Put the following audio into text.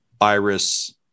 Iris